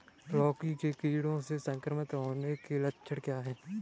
लौकी के कीड़ों से संक्रमित होने के लक्षण क्या हैं?